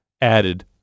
added